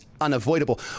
unavoidable